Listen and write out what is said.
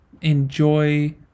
enjoy